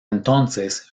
entonces